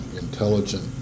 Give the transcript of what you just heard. intelligent